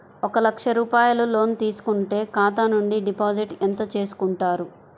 ఒక లక్ష రూపాయలు లోన్ తీసుకుంటే ఖాతా నుండి డిపాజిట్ ఎంత చేసుకుంటారు?